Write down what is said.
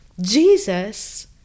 jesus